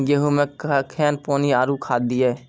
गेहूँ मे कखेन पानी आरु खाद दिये?